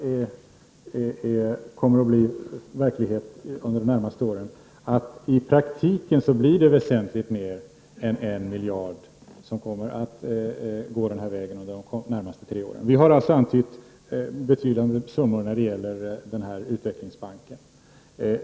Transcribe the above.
Herr talman! Huvudsaken är att det tog slut, om det nu fanns någon oklarhet på den punkten. En generösare hållning, säger Pär Granstedt. Jag sade att det i praktiken kommer att bli väsentligt mer än en miljard som kommer att gå den här vägen under de närmaste tre åren. Vi har alltså antytt betydande summor när det gäller den här utvecklingsbanken.